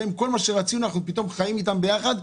עם כל מה שרצינו, אנחנו פתאום חיים איתם ביחד.